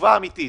תשובה אמיתית.